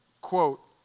quote